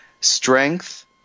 strength